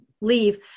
leave